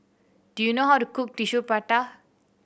do you know how to cook Tissue Prata